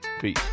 peace